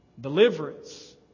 Deliverance